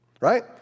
Right